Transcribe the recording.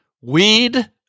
weed